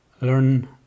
learn